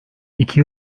iki